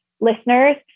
listeners